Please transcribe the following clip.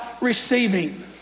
receiving